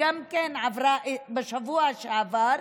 שגם כן עברה בשבוע שעבר,